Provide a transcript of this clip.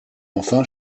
enfin